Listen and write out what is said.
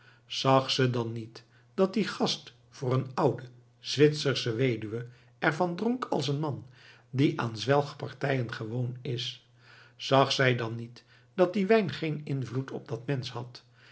zag ze dan niet dat die gast voor eene oude zwitsersche weduwe er van dronk als een man die aan zwelgpartijen gewoon is zag zij dan niet dat die wijn geen invloed op dat mensch had